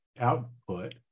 output